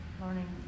learning